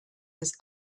his